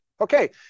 Okay